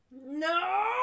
No